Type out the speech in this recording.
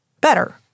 better